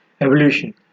evolution